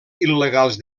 il·legals